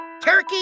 Turkey